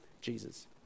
Jesus